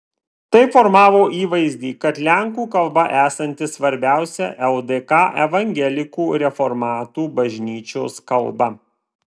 tai formavo įvaizdį kad lenkų kalba esanti svarbiausia ldk evangelikų reformatų bažnyčios kalba